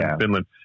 Finland